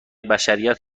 بشریت